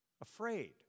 afraid